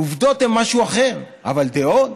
עובדות הן משהו אחר, אבל דעות,